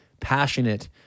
passionate